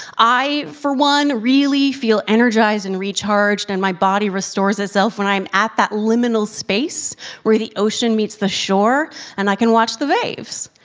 i, for one, really feel energized and recharged and my body restores itself when i'm at the liminal space where the ocean meets the shore and i can watch the waves.